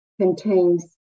contains